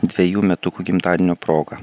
dvejų metukų gimtadienio proga